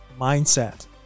mindset